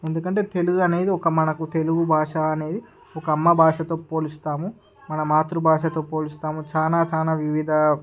ఎందుకంటే తెలుగనేది ఒక మనకు తెలుగు భాష అనేది ఒక అమ్మ భాషతో పోలుస్తాము మన మాతృభాషతో పోలుస్తాము చాలా చాలా వివిధ